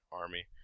army